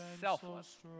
selfless